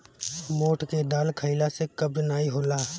मोठ के दाल खईला से कब्ज नाइ होला